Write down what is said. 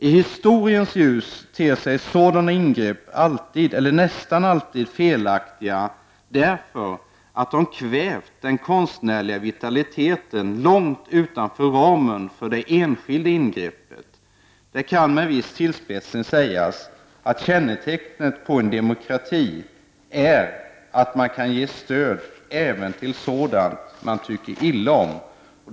I historiens ljus ter sig sådana ingrepp alltid eller nästan alltid felaktiga därför att de kvävt den konstnärliga vitalitetan långt utanför ramen för det enskilda ingreppet. -—-- Det kan med viss tillspetsning sägas att kännetecknet på en demokrati är att man kan ge stöd även till sådant som man tycker mycket illa om."